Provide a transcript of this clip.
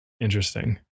Interesting